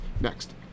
Next